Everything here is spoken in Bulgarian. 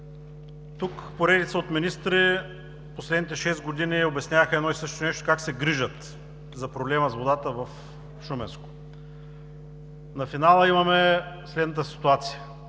Тук поредица от министри в последните шест години обясняваха едно и също нещо – как се грижат за проблема с водата в Шуменско. На финала имаме следната ситуация: